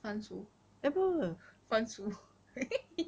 番薯番薯